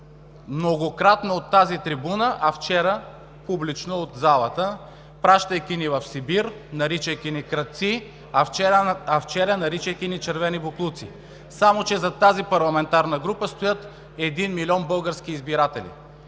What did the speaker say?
многократно от тази трибуна, публично от залата, пращайки ни в Сибир, наричайки ни „крадци“, а вчера – наричайки ни „червени боклуци“. Само че зад тази парламентарна група стоят един милион български избиратели.